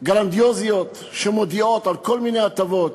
גרנדיוזיות שמודיעות על כל מיני הטבות.